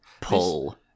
pull